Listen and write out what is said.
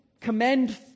commend